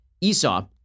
Esau